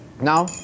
Now